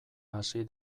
hasi